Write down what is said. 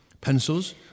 Pencils